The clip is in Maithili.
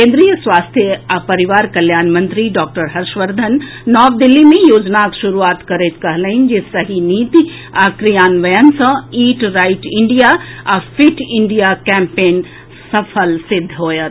केन्द्रीय स्वास्थ्य आ परिवार कल्याण मंत्री डॉक्टर हर्षवर्द्धन नव दिल्ली मे योजनाक शुरूआत करैत कहलनि जे सही नीति आ क्रियान्वयन सॅ ईट राइट इंडिया आ फिट इंडिया कैम्पेन सफल सिद्ध होयत